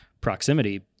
proximity